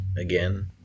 again